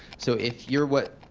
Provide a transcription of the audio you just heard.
so if you're what,